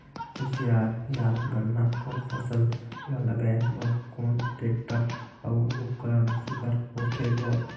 कोशियार या गन्ना कर फसल ल लगाय बर कोन टेक्टर अउ उपकरण सुघ्घर होथे ग?